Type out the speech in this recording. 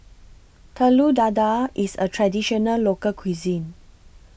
Telur Dadah IS A Traditional Local Cuisine